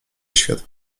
świat